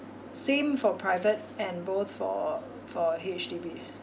same for private and both for for H_D_B